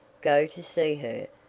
go to see her,